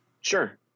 Sure